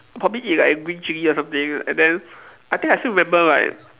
probably eat like green chili or something and then I think I still remember like